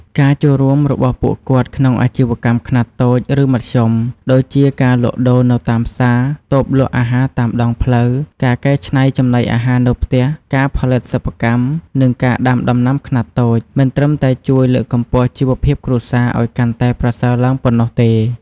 ការចូលរួមរបស់ពួកគាត់ក្នុងអាជីវកម្មខ្នាតតូច ឬមធ្យម ដូចជា ការលក់ដូរនៅតាមផ្សារ តូបលក់អាហារតាមដងផ្លូវ ការកែច្នៃចំណីអាហារនៅផ្ទះ ការផលិតសិប្បកម្ម និងការដាំដំណាំខ្នាតតូច មិនត្រឹមតែជួយលើកកម្ពស់ជីវភាពគ្រួសារឱ្យកាន់តែប្រសើរឡើងប៉ុណ្ណោះទេ។